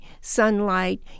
sunlight